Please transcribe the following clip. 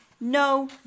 No